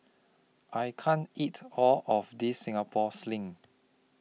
I can't eat All of This Singapore Sling